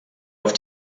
auf